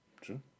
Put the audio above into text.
true